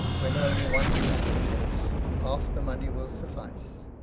when only one cat lives, half the money will suffice.